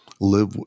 live